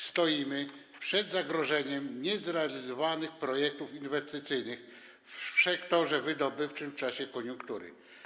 Stoimy przed zagrożeniem niezrealizowanych projektów inwestycyjnych w sektorze wydobywczym w czasie koniunktury.